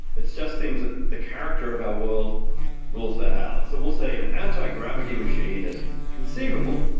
it just seems that the character of our world rules that out. so we'll say an anti-gravity machine is conceivable,